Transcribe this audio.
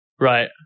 right